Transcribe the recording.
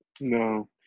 No